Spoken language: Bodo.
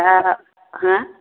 दा मा